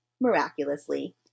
miraculously